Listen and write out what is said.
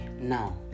now